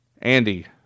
Andy